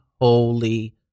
Holy